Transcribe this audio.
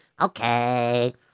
okay